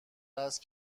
است